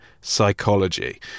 psychology